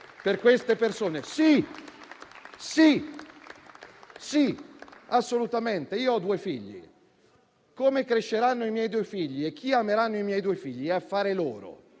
per queste persone? Sì, assolutamente. Io ho due figli: come cresceranno i miei due figli e chi ameranno i miei due figli è affare loro.